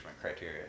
criteria